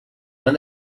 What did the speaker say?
when